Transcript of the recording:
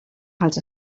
els